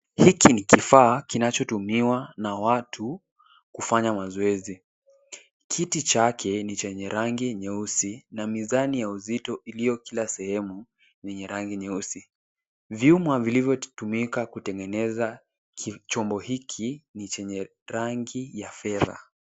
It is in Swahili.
Hiki ni kifaa kinachotumiwa na watu kufanya mazoezi. Kiti chake ni chenye rangi nyeusi na mizani ya uzito iliyo kila sehemu yenye rangi nyeusi. Vyuma vilivyotumika kutengeneza chombo hiki ni chenye rangi ya fedha.